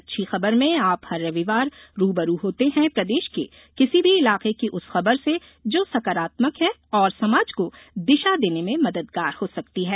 अच्छी खबरमें आप हर रविवार रूबरू होते हैं प्रदेश के किसी भी इलाके की उस खबर से जो सकारात्मक है और समाज को दिशा देने में मददगार हो सकती है